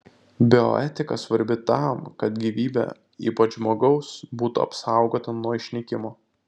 bioetika svarbi tam kad gyvybė ypač žmogaus būtų apsaugota nuo išnykimo